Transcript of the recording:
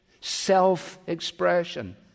Self-expression